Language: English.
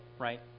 right